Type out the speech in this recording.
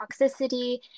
toxicity